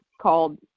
called